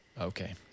Okay